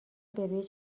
بروی